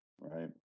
right